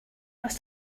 must